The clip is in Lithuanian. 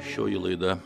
šioji laida